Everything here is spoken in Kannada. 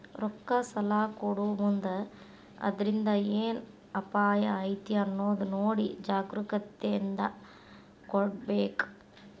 ರೊಕ್ಕಾ ಸಲಾ ಕೊಡೊಮುಂದ್ ಅದ್ರಿಂದ್ ಏನ್ ಅಪಾಯಾ ಐತಿ ಅನ್ನೊದ್ ನೊಡಿ ಜಾಗ್ರೂಕತೇಂದಾ ಕೊಡ್ಬೇಕ್